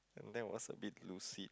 and that was abit